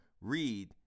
read